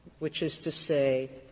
which is to say,